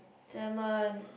salmon